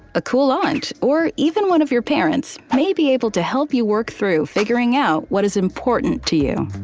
a cool aunt, or even one of your parents may be able to help you work through figuring out what is important to you.